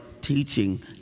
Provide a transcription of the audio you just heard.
teaching